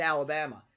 Alabama